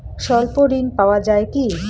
স্বল্প ঋণ পাওয়া য়ায় কি?